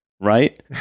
Right